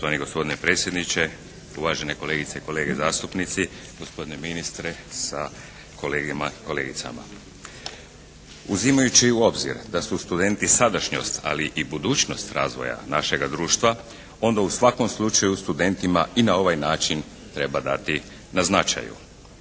Poštovani gospodine predsjedniče, uvažene kolege i kolegice zastupnici, gospodine ministre sa kolegama i kolegicama. Uzimajući u obzir da su studenti sadašnjost ali i budućnost našega društva onda u svakom slučaju studentima i na ovaj način treba dati na značaju.